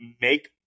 make